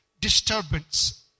disturbance